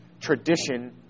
tradition